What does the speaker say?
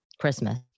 Christmas